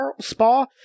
Spa